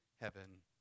heaven